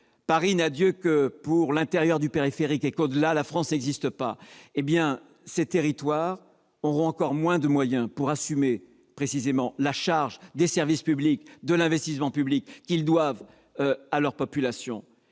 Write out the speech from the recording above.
Paris n'a d'yeux que pour l'intérieur du périphérique et que, au-delà, la France n'existe pas. Eh bien, ces territoires disposeront de moins de moyens pour assumer la charge des services publics, de l'investissement public qu'ils doivent à leur population.